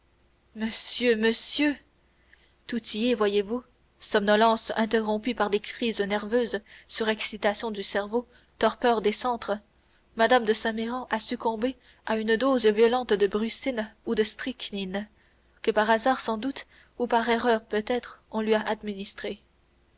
monsieur monsieur tout y est voyez-vous somnolence interrompue par des crises nerveuses surexcitation du cerveau torpeur des centres mme de saint méran a succombé à une dose violente de brucine ou de strychnine que par hasard sans doute que par erreur peut-être on lui a administrée